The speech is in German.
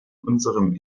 unserem